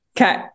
Okay